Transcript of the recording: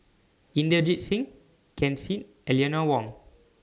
Inderjit Singh Ken Seet and Eleanor Wong